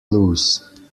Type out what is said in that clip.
loose